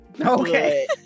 Okay